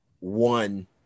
one